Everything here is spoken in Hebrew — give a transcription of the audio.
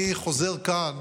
אני חוזר כאן